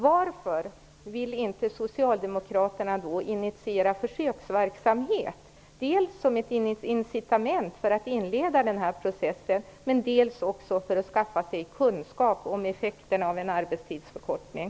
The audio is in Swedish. Varför vill inte socialdemokraterna initiera försöksverksamhet, dels som ett incitament för att inleda processen, dels för att skaffa sig kunskap om effekterna av en arbetstidsförkortning?